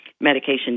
medication